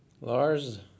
Lars